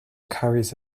carries